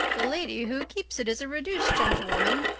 the lady who keeps it is a reduced gentlewoman,